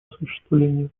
осуществления